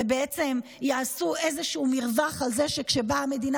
ובעצם יעשו איזשהו מרווח על זה שכשבאה המדינה